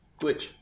Glitch